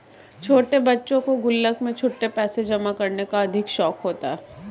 छोटे बच्चों को गुल्लक में छुट्टे पैसे जमा करने का अधिक शौक होता है